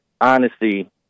honesty